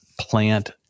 plant